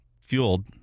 fueled